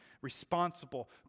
responsible